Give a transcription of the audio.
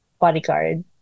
bodyguard